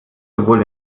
sowohl